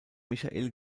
michael